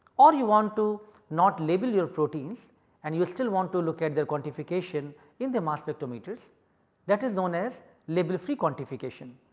or you want to not label your proteins and you still want to look at their quantification in the mass spectrometers that is known as label free quantification.